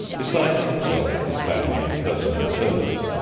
besides himself, his family, and personal servants,